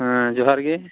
ᱦᱟᱸ ᱡᱚᱦᱟᱨ ᱜᱮ